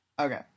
Okay